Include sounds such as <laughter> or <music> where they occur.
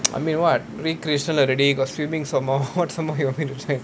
<noise> I mean what recreational already got swimming <laughs> some more [what] some more you want me to join